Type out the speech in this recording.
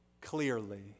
clearly